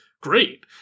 Great